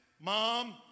mom